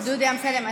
חבר הכנסת דודי אמסלם,